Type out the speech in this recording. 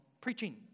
preaching